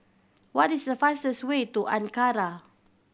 what is the fastest way to Ankara